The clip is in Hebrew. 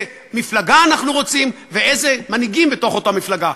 מפלגה אנחנו רוצים ואיזה מנהיגים בתוך אותה מפלגה.